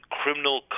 criminal